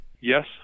Yes